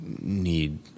need